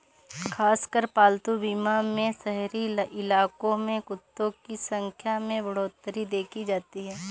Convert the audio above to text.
खासकर पालतू बीमा में शहरी इलाकों में कुत्तों की संख्या में बढ़ोत्तरी देखी जाती है